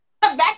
back